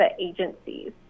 agencies